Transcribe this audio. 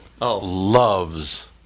loves